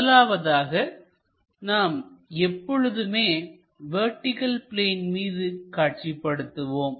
முதலாவதாக நாம் எப்பொழுதுமே வெர்டிகள் பிளேன் மீது காட்சி படுத்துவோம்